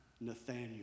Nathaniel